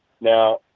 Now